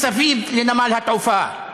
מסביב לנמל התעופה.